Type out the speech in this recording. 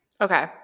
Okay